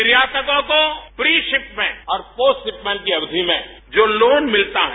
निर्यातकों को pre shipment और पोस्ट शिपमेंट की अवधि में जो लोन मिलता है